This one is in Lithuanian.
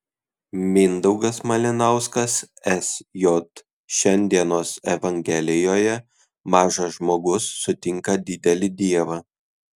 mindaugas malinauskas sj šiandienos evangelijoje mažas žmogus sutinka didelį dievą